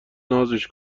نازش